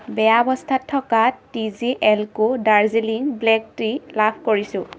বেয়া অৱস্থাত থকা টি জি এল কো দাৰ্জিলিং ব্লেক টি লাভ কৰিছোঁ